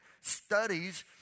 studies